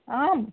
आम्